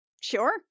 Sure